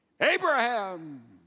Abraham